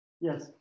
Yes